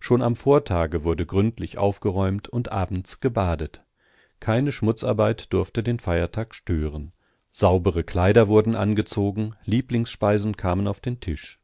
schon am vortage wurde gründlich aufgeräumt und abends gebadet keine schmutzarbeit durfte den feiertag stören saubere kleider wurden angezogen lieblingsspeisen kamen auf den tisch